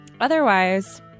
Otherwise